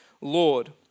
Lord